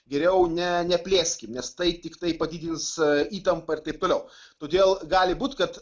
geriau ne neplėskim nes tai tiktai padidins įtampą ir taip toliau todėl gali būt kad